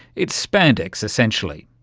it's spandex essentially.